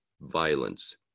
violence